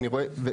ואני רואה,